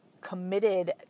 committed